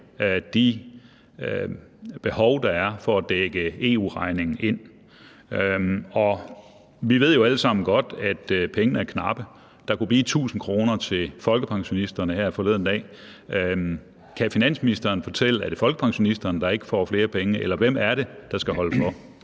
der behøves for at dække EU-regningen ind? Vi ved jo alle sammen godt, at pengene er knappe. Der kunne blive 1.000 kr. til folkepensionisterne her forleden dag. Kan finansministeren fortælle, om det er folkepensionisterne, der ikke får flere penge, eller hvem det er, der skal holde for?